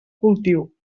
cultiu